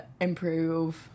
improve